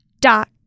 dot